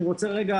אני רוצה רגע,